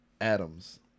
Adams